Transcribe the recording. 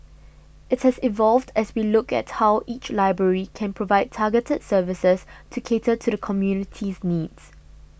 it has evolved as we look at how each library can provide targeted services to cater to the community's needs